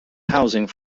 housing